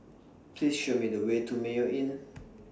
Please Show Me The Way to Mayo Inn